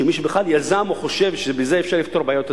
שמישהו בכלל יזם או חושב שבזה אפשר לפתור את בעיות הדיור.